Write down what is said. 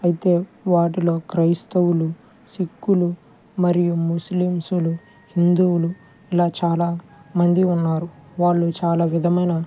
అయితే వాటిలో క్రైస్తవులు సిక్కులు మరియు ముస్లిమ్స్లు హిందువులు ఇలా చాలా మంది ఉన్నారు వాళ్ళు చాలా విధమైన